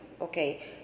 Okay